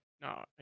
No